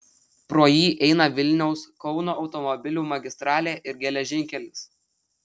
pro jį eina vilniaus kauno automobilių magistralė ir geležinkelis